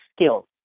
skills